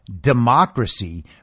democracy